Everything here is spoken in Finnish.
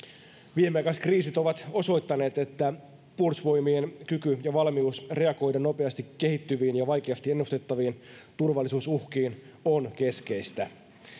viimeaikaiset kriisit ovat osoittaneet että puolustusvoimien kyky ja valmius reagoida nopeasti kehittyviin ja vaikeasti ennustettaviin turvallisuusuhkiin on keskeistä